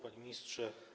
Panie Ministrze!